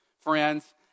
friends